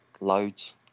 loads